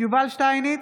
יובל שטייניץ,